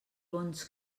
bons